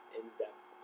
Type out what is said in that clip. in-depth